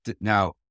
now